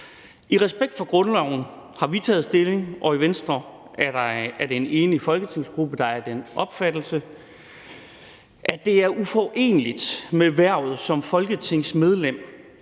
I respekt for grundloven har vi taget stilling, og i Venstre er det en enig folketingsgruppe, der er af den opfattelse, at det er uforeneligt med hvervet som folketingsmedlem